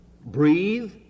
breathe